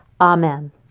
Amen